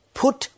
put